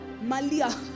Malia